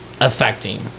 affecting